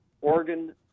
organ